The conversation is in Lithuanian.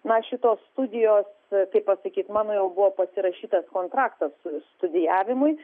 na šitos studijos kaip pasakyt mano jau buvo pasirašytas kontraktas studijavimui